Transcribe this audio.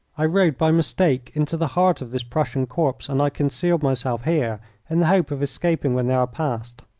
i rode by mistake into the heart of this prussian corps, and i concealed myself here in the hope of escaping when they are past.